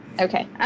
Okay